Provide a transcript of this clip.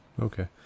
Okay